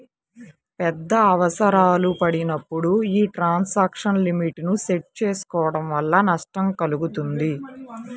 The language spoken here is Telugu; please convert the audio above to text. పెద్ద అవసరాలు పడినప్పుడు యీ ట్రాన్సాక్షన్ లిమిట్ ని సెట్ చేసుకోడం వల్ల నష్టం కల్గుతుంది